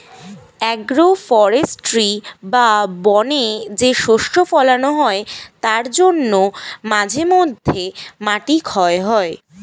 agro forestry বা বনে যে শস্য ফোলানো হয় তার জন্য মাঝে মধ্যে মাটি ক্ষয় হয়